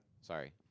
Sorry